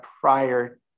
prior